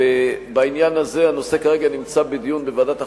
ובעניין הזה הנושא כרגע נמצא בדיון בוועדת החוקה,